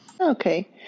Okay